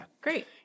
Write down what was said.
Great